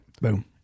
Boom